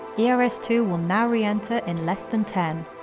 ers two will now re-enter in less than ten.